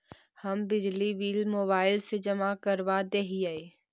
हम बिजली bill mobile से जमा करवा देहियै?